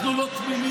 אנחנו לא תמימים.